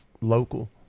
local